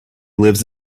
lives